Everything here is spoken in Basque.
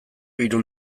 hiru